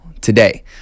today